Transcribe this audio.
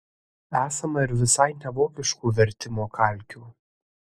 esama ir visai nevokiškų vertimo kalkių